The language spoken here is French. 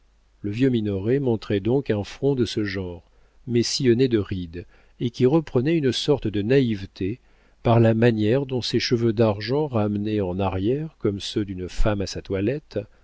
le vieux minoret montrait donc un front de ce genre mais sillonné de rides et qui reprenait une sorte de naïveté par la manière dont ses cheveux d'argent ramenés en arrière comme ceux d'une femme à sa toilette